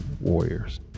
warriors